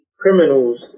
Criminals